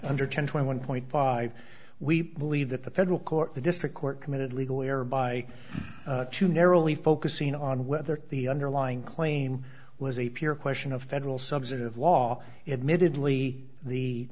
under ten twenty one point five we believe that the federal court the district court committed legal error by too narrowly focusing on whether the underlying claim was a pure question of federal subsidy of law admittedly the